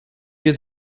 has